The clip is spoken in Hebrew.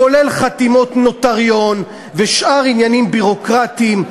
כולל חתימות נוטריון ושאר עניינים ביורוקרטיים,